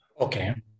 Okay